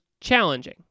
challenging